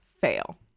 fail